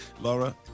Laura